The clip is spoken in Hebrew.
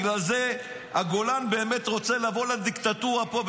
בגלל זה הגולן באמת רוצה לבוא לדיקטטורה פה,